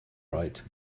right